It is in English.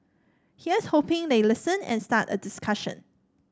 here's hoping they listen and start a discussion